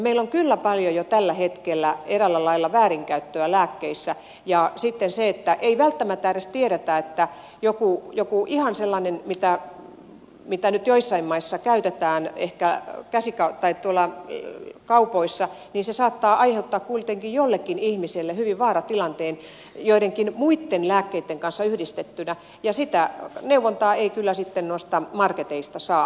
meillä on kyllä paljon jo tällä hetkellä eräällä lailla väärinkäyttöä lääkkeissä ja sitten ei välttämättä edes tiedetä että joku ihan sellainen mitä nyt joissain maissa on ehkä tuolla kaupoissa saattaa aiheuttaa kuitenkin jollekin ihmiselle hyvin vaaratilanteen joidenkin muitten lääkkeitten kanssa yhdistettynä ja sitä neuvontaa ei kyllä sitten noista marketeista saa